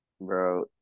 bro